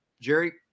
Jerry